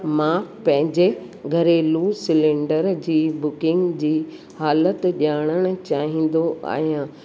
मां पंहिंजे घरेलू सिलेंडर जी बुकिंग जी हालतुनि जी ॼाणण चाहींदो आहियां